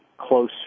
close